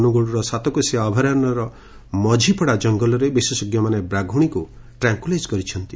ଅନୁଗୋଳର ସାତକୋଶିଆ ଅଭୟାରଣ୍ୟର ମଝିପଡ଼ା କଙ୍ଗଲରେ ବିଶେଷ ବାଘୁଣୀକୁ ଟ୍ରାଙ୍କୁଲାଇଜ୍ କରିଛନ୍ତି